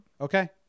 Okay